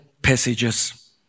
passages